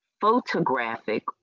photographic